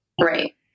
Right